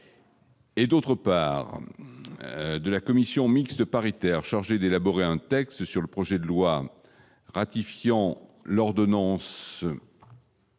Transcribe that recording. Et d'autre part de la commission mixte paritaire chargée d'élaborer un texte sur le projet de loi ratifiant l'ordonnance. Du 3 mai